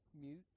mute